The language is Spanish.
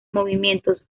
movimientos